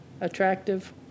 attractive